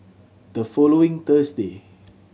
the following Thursday